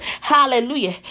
Hallelujah